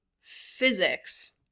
physics